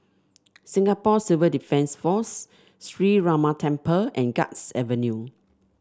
Singapore Civil Defence Force Sree Ramar Temple and Guards Avenue